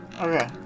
Okay